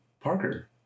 Parker